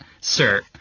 Sir